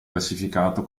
classificato